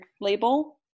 label